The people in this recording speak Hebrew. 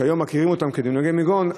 שהיום מכירים אותם כניגוני מירון,